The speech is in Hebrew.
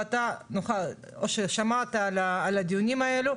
ואתה שמעת על הדיונים האלה.